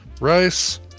rice